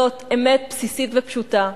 זאת אמת בסיסית ופשוטה,